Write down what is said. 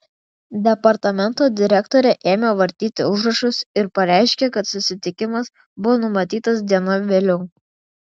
departamento direktorė ėmė vartyti užrašus ir pareiškė kad susitikimas buvo numatytas diena vėliau